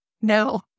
No